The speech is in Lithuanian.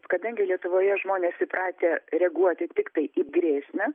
kadangi lietuvoje žmonės įpratę reaguoti tiktai į grėsmę